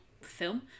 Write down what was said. film